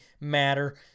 matter